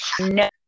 no